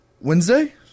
Wednesday